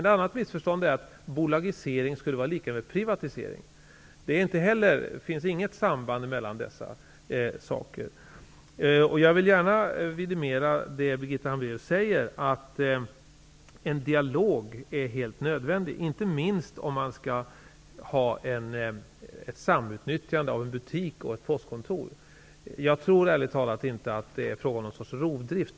Ett annat missförstånd är att bolagisering skulle vara lika med privatisering. Det finns inget samband mellan dessa saker. Jag vill gärna vidimera det Birgitta Hambraeus säger: en dialog är helt nödvändig, inte minst om det skall ske ett samutnyttjande mellan en butik och ett postkontor. Jag tror ärligt talat att det inte är fråga om någon rovdrift.